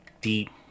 deep